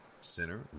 center